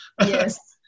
Yes